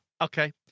okay